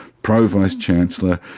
pro-vice chancellor,